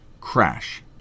crash